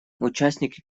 участники